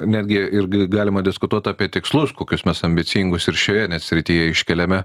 netgi irgi galima diskutuot apie tikslus kokius mes ambicingus ir šioje net srityje iškeliame